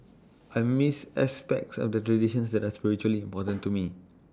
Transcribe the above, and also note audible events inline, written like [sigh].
I missed aspects of the traditions that are spiritually [noise] important to me